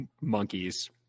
Monkeys